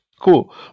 cool